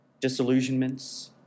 Disillusionments